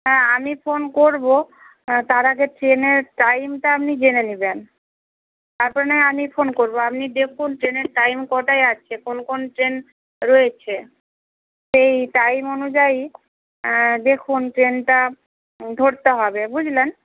হ্যাঁ আমি ফোন করবো তার আগে ট্রেনের টাইমটা আপনি জেনে নেবেন তারপরে না হয় আমি ফোন করবো আপনি দেখুন ট্রেনের টাইম কটায় আছে কোন কোন ট্রেন রয়েছে সেই টাইম অনুযায়ী দেখুন ট্রেনটা ধরতে হবে বুঝলেন